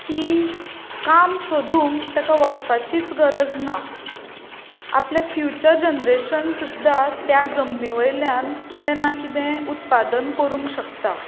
की काम सोदूंक ताका वचपाचीच गरज ना आपल्या फ्युचर जेनरेशन्स सुद्दां त्या जमनी वयल्यान कितें ना कितें उत्पादन करूंक शकता